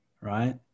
Right